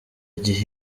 gihe